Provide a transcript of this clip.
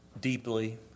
deeply